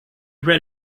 read